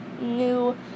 new